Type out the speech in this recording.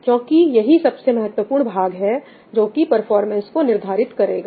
क्योंकि यही सबसे महत्वपूर्ण भाग है जो की परफॉर्मेंस को निर्धारित करेगा